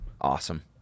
Awesome